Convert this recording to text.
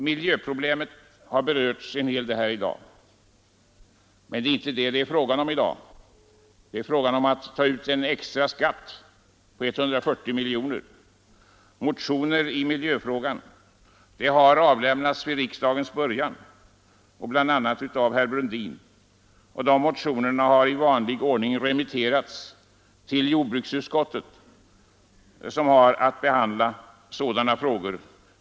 Miljöproblemen har här berörts av flera talare, men det är inte den saken det gäller i dag, utan här är det fråga om att ta ut en extra skatt på 140 miljoner kronor. Motioner i miljöfrågan har avlämnats vid riksdagens början, av bl.a. herr Brundin. De motionerna har i vanlig ordning remitterats till jordbruksutskottet, som har att behandla sådana frågor.